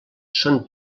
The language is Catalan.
són